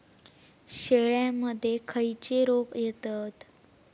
शेळ्यामध्ये खैचे रोग येतत?